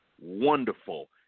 wonderful